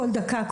כל דקה,